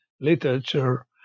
literature